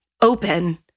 open